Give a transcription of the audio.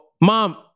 Mom